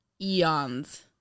eons